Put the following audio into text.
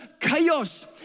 chaos